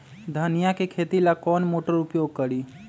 धनिया के खेती ला कौन मोटर उपयोग करी?